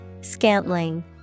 Scantling